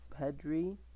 Pedri